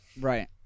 Right